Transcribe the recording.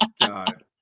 God